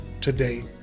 today